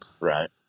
right